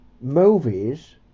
Movies